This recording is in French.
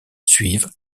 suivent